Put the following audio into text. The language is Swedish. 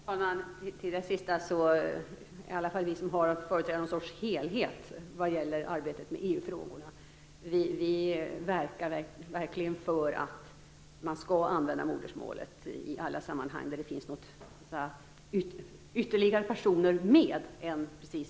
Fru talman! Till det sista vill jag säga att i alla fall vi som företräder något slags helhet när det gäller arbetet med EU-frågorna, verkligen verkar för att modersmålet skall användas i alla sammanhang där fler personer än vi själva finns med.